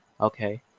okay